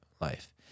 life